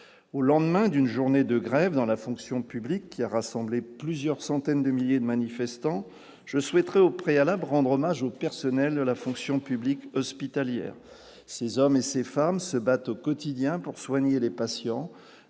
au lendemain d'une journée de grève dans la fonction publique qui a rassemblé plusieurs centaines de milliers de manifestants je souhaiterais au préalable, rendre hommage aux personnels de la fonction publique hospitalière, ces hommes et ces femmes se battent au quotidien pour soigner les patients